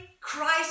Christ